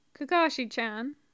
Kakashi-chan